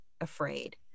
afraid